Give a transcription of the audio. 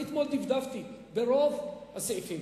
אני אתמול דפדפתי ברוב הסעיפים.